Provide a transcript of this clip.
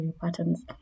patterns